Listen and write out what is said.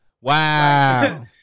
Wow